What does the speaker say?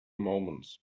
moments